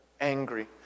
angry